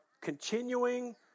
continuing